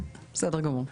בסדר גמור.